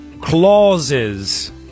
clauses